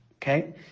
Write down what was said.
Okay